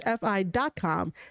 fi.com